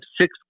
six